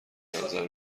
نظر